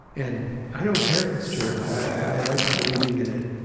and i don't care if it's true or not, i like believing in it.